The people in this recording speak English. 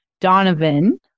Donovan